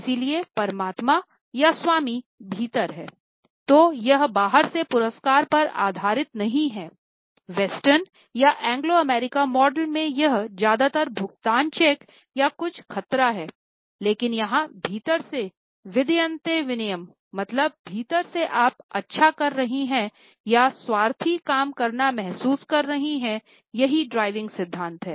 फिर आत्मना विंद्यते वीर्यम मतलब भीतर से आप अच्छा कर रही है या स्वार्थी काम करना महसूस कर रही है यही ड्राइविंग सिद्धांत है